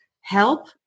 help